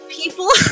people